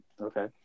Okay